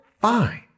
fine